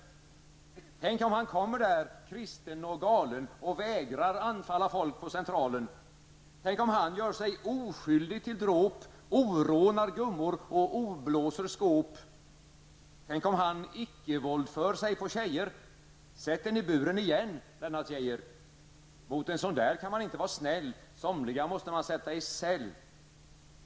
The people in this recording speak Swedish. Tänk om han kommer där, kristen och galen, och vägrar anfalla folk på Centralen! Tänk om han gör sig oskyldig till dråp, Tänk om han ickevåldför sej på tjejer! Sätt'en i buren igen, Lennart Geijer! Mot en sån där kan man inte va snäll. Somliga måste man sätta i cell.